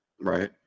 Right